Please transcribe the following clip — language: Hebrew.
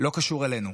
לא קשור אלינו.